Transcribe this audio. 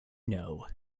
know